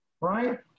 right